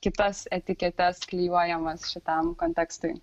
kitas etiketes klijuojamas šitam kontekstui